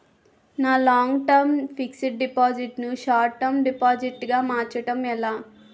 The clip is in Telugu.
నా లాంగ్ టర్మ్ ఫిక్సడ్ డిపాజిట్ ను షార్ట్ టర్మ్ డిపాజిట్ గా మార్చటం అవ్తుందా?